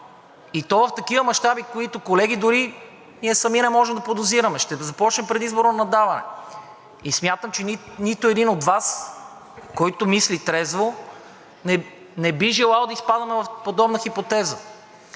и то в такива мащаби, които, колеги, дори ние сами не можем да подозираме – ще започне предизборно наддаване и смятам, че нито един от Вас, който мисли трезво, не би желал да изпадаме в подобна хипотеза.